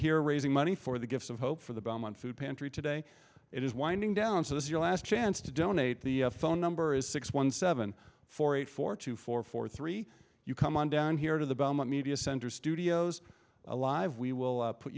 here raising money for the gift of hope for the belmont food pantry today it is winding down so this is your last chance to donate the phone number is six one seven four eight four two four four three you come on down here to the belmont media center studios alive we will